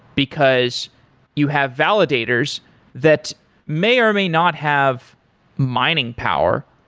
because you have validator's that may or may not have mining power,